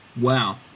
Wow